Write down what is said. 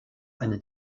eine